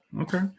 Okay